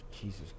Jesus